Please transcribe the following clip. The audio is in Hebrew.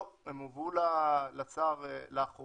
לא, הן הועברו לשר לאחרונה,